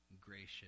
gracious